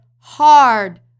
hard